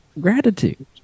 gratitude